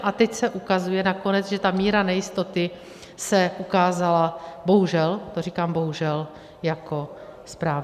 A teď se ukazuje nakonec, že ta míra nejistoty se ukázala bohužel, to říkám bohužel, jako správná.